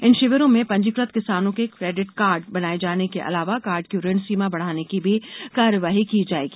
इन षिविरों में पंजीकृत किसानों के क्रेडिट कार्ड बनाए जाने के अलावा कार्ड की ऋण सीमा बढ़ाने की भी कार्यवाही की जाएगी